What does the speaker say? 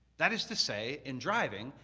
that is to say, in driving,